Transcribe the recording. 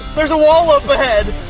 there's a wall up ahead.